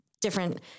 different